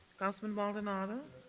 councilman maldonado.